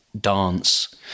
dance